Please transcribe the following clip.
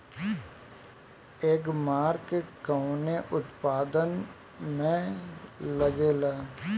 एगमार्क कवने उत्पाद मैं लगेला?